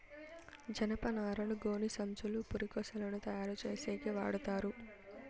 జనపనారను గోనిసంచులు, పురికొసలని తయారు చేసేకి వాడతారు